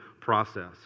process